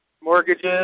mortgages